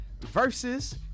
versus